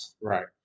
right